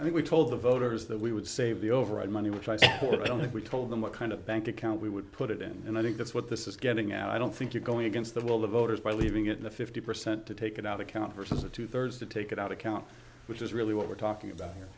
i think we told the voters that we would save the overall money which i support i don't think we told them what kind of bank account we would put it in and i think that's what this is getting out i don't think you go against the will the voters by leaving it in the fifty percent to take it out account versus a two thirds to take it out account which is really what we're talking about here